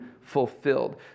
fulfilled